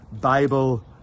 Bible